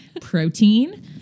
Protein